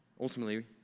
Ultimately